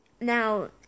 Now